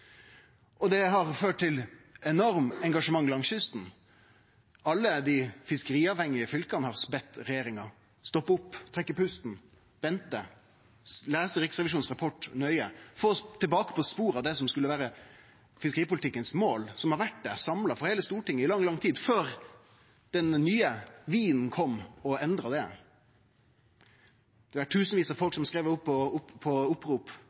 Det har ført til enormt engasjement langs kysten. Alle dei fiskeriavhengige fylka har bedt regjeringa stoppe opp, trekkje pusten, vente og lese Riksrevisjonens rapport nøye og få oss tilbake på sporet av det som skulle vere målet for fiskeripolitikken – og som har vore det, samla for heile Stortinget, i lang, lang tid før den nye vinen kom og endra det. Vi har tusenvis av folk som har skrive under på opprop,